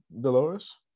Dolores